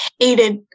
hated